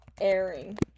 airing